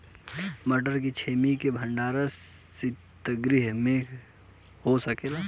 मटर के छेमी के भंडारन सितगृह में हो सकेला?